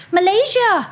Malaysia